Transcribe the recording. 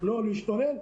לא להשתולל,